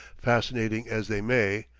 fascinating as they may,